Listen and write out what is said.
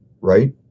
Right